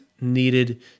needed